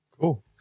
Cool